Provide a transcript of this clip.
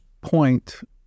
point